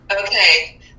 okay